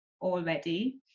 already